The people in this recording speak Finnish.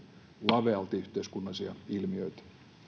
yhteiskunnallisia ilmiöitä